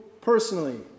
personally